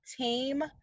team